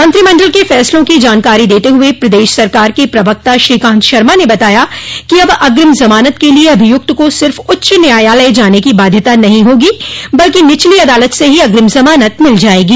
मंत्रिमंडल के फैसलों की जानकारी देत हुए प्रदेश सरकार के प्रवक्ता श्रीकांत शर्मा ने बताया कि अब अग्रिम जमानत के लिए अभियुक्त को सिर्फ उच्च न्यायालय जाने की बाध्यता नहीं होगी बल्कि निचली अदालत से ही अग्रिम जमानत मिल जाएगी